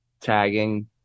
tagging